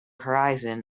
horizon